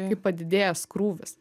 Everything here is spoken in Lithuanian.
kaip padidėjęs krūvis